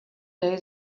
day